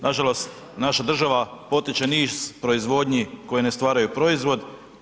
Nažalost, naša država potiče niz proizvodnji koje ne stvaraju proizvod.